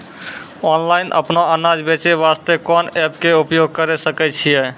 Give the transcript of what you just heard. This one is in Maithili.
ऑनलाइन अपनो अनाज बेचे वास्ते कोंन एप्प के उपयोग करें सकय छियै?